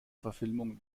verfilmung